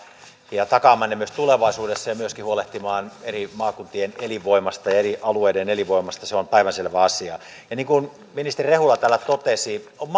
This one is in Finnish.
ja takaamaan ne myös tulevaisuudessa ja myöskin huolehtimaan eri maakuntien ja eri alueiden elinvoimasta se on päivänselvä asia ja niin kuin ministeri rehula täällä totesi on